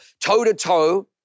toe-to-toe